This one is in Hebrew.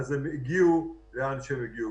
אז הם הגיעו לאן שהם הגיעו.